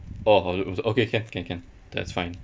oh hotel room se~ okay can can can that's fine